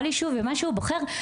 כל ישוב ומה שהוא בוחר.